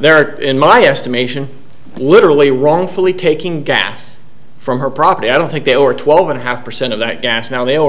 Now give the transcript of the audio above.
there in my estimation literally wrongfully taking gas from her property i don't think there were twelve and a half percent of that gas now they a